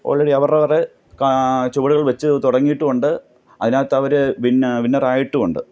ഉള്ളൊരു അവരവരുടെ ചുവടുകള് വെച്ച് തുടങ്ങിയിട്ടുമുണ്ട് അതിനകത്തവർ വിന്നർ ആയിട്ടുമുണ്ട്